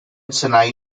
sinai